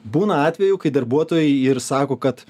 būna atvejų kai darbuotojai ir sako kad